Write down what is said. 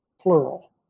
plural